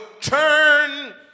turn